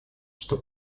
что